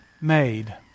made